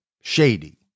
shady